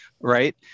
right